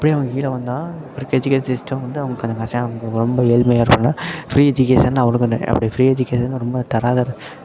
அப்படி அவன் வெளியில் வந்தால் இப்போ இருக்கிற எஜுகேஷன் சிஸ்டம் வந்து அவங்களுக்கு அந்த சாம் அங்கே ரொம்ப ஏழ்மையா இருக்கறவங்க ஃப்ரீ எஜுகேஷன் அவனுக்கு அந்த அப்படி ஃப்ரீ எஜுகேஷன் ரொம்ப தராதரம்